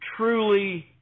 truly